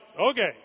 okay